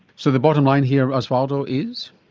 so the bottom line here osvaldo is?